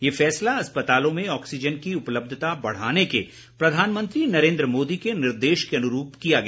यह फैसला अस्पतालों में ऑक्सीजन की उपलब्धता बढ़ाने के प्रधानमंत्री नरेन्द्र मोदी के निर्देश के अनुरूप किया गया